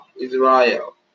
Israel